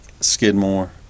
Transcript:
Skidmore